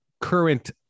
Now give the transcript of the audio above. current